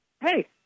hey